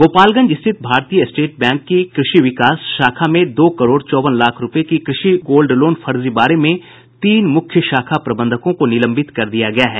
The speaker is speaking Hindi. गोपालगंज स्थित भारतीय स्टेट बैंक की कृषि विकास शाखा में दो करोड़ चौवन लाख रूपये के कृषि गोल्ड लोन फर्जीवाड़े में तीन मुख्य शाखा प्रबंधकों को निलंबित कर दिया गया है